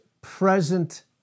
present